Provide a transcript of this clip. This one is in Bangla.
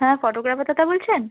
হ্যাঁ ফটোগ্রাফার দাদা বলছেন